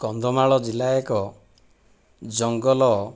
କନ୍ଧମାଳ ଜିଲ୍ଲା ଏକ ଜଙ୍ଗଲ